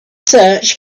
search